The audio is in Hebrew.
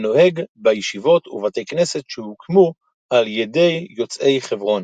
ונוהג בישיבות ובתי כנסת שהוקמו על ידי יוצאי חברון.